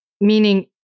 meaning